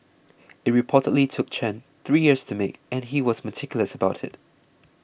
it reportedly took Chen three years to make and he was meticulous about it